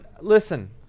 listen